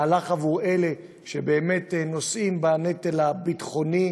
מהלך עבור אלה שבאמת נושאים בנטל הביטחוני.